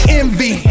envy